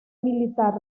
militar